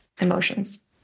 emotions